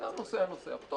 אז